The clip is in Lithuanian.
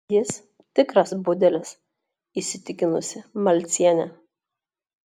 jis tikras budelis įsitikinusi malcienė